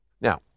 Now